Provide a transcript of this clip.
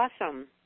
awesome